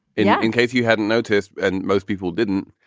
in yeah in case you hadn't noticed. and most people didn't.